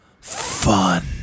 fun